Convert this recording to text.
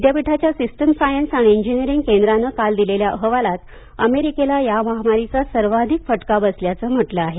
विद्यापीठाच्या systems science आणि engineering केंद्रानं काल दिलेल्या अहवालात अमेरिकेला या महामारीचा सर्वाधिक फटका बसल्याचं म्हटलं आहे